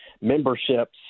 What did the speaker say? membership's